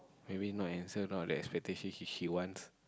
maybe not handsome not the expectation he he he wants